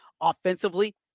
offensively